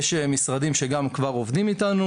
יש כבר משרדים שעובדים עם התשתית ועובדים איתנו